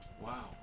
Wow